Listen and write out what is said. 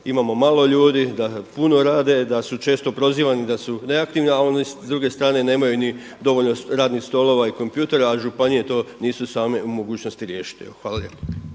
imamo malo ljudi, da puno rade, da su često prozivani da su neaktivni, a oni s druge strane nemaju ni dovoljno radnih stolova i kompjutera, a županije to nisu same u mogućnosti riješiti. Hvala